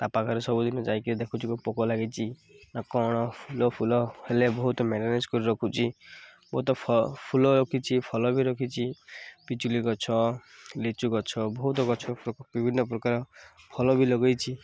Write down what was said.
ତା ପାଖରେ ସବୁଦିନ ଯାଇକି ଦେଖୁଛି ପୋକ ଲାଗିଛି ନା କ'ଣ ଫୁଲ ଫୁଲ ହେଲେ ବହୁତ ମ୍ୟାନେଜ୍ କରି ରଖୁଛି ବହୁତ ଫୁଲ ରଖିଛି ଫଳବି ରଖିଛି ପିଜୁଳି ଗଛ ଲିଚୁ ଗଛ ବହୁତ ଗଛ ବିଭିନ୍ନ ପ୍ରକାର ଫଳବି ଲଗେଇଛି